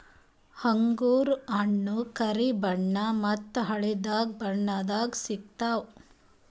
ಅಂಗೂರ್ ಹಣ್ಣ್ ಕರಿ ಬಣ್ಣ ಮತ್ತ್ ಹಳ್ದಿ ಬಣ್ಣದಾಗ್ ಸಿಗ್ತವ್